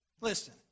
Listen